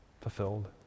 fulfilled